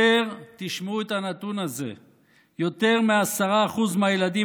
תשמעו את הנתון הזה: יותר מ-10% מהילדים